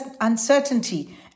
uncertainty